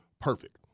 perfect